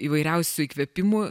įvairiausių įkvėpimų